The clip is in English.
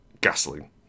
gasoline